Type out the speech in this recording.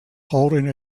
holding